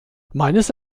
meines